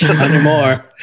anymore